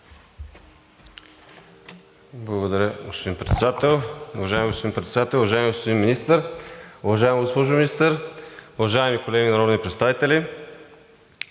Благодаря, господин Председател. Уважаеми господин Председател, уважаеми господин Министър, уважаема госпожо Министър, уважаеми колеги народни представители!